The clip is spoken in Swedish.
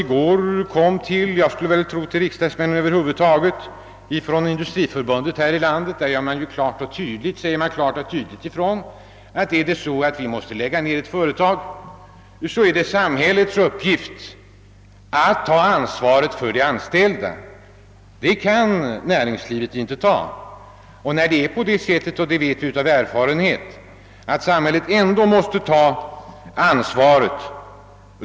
I den broschyr från Industriförbundet, som jag antar har distribuerats till samtliga riksdagsmän under gårdagen, sägs det klart och tydligt ifrån att om man måste lägga ned ett företag, så är det samhällets sak att påta sig ansvaret för de anställda. Det kan inte näringslivet göra säger Industriförbundet. Vi vet också av erfarenhet att samhället måste ta det ansvaret.